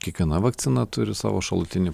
kiekviena vakcina turi savo šalutinį